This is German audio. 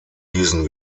diesen